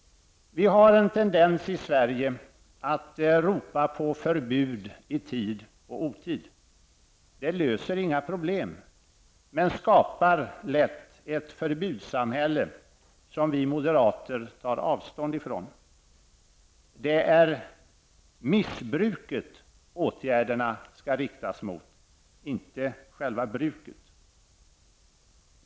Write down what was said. Vi har en tendens i Sverige att ropa på förbud i tid och otid. Det löser inga problem -- men skapar lätt ett förbudssamhälle som vi moderater tar avstånd ifrån. Det är missbruket åtgärderna skall riktas mot, inte själva bruket.